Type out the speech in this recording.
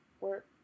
work